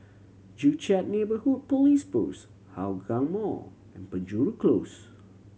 Joo Chiat Neighbourhood Police Post Hougang Mall and Penjuru Close